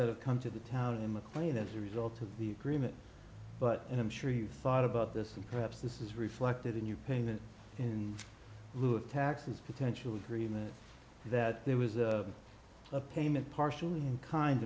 that have come to the town in mclean as a result of the agreement but i'm sure you've thought about this and perhaps this is reflected in your payment in lieu of taxes potential agreement that there was a payment partially kin